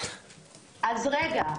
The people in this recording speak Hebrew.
אז רגע,